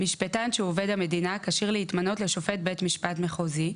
משפטן שהוא עובד המדינה הכשיר להתמנות לשופט בית משפט מחוזי,